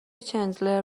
چندلر